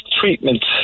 treatment